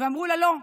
ואמרו לה: לא,